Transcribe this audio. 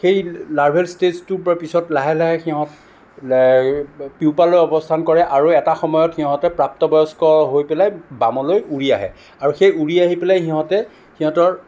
সেই লাৰ্ভেল ষ্টেজটোৰ পৰা পিছত লাহে লাহে সিহঁত পিউপালৈ অৱস্থান কৰে আৰু এটা সময়ত সিহঁতে প্ৰাপ্তবয়স্ক হৈ পেলাই বামলৈ উৰি আহে আৰু সেই উৰি আহি পেলাই সিহঁতে সিহঁতৰ